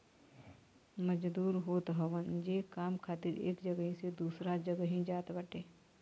मजदूर होत हवन जे काम खातिर एक जगही से दूसरा जगही जात बाटे